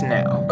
now